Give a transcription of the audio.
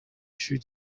ishuri